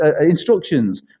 instructions